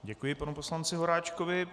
Děkuji panu poslanci Horáčkovi.